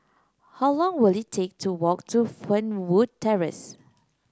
how long will it take to walk to Fernwood Terrace